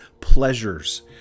pleasures